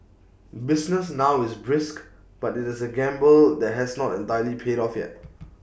business now is brisk but IT is A gamble that has not entirely paid off yet